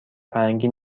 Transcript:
فرنگی